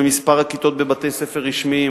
במספר הכיתות בבתי-הספר הרשמיים